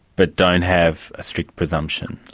but don't have a strict presumption.